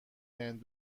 هند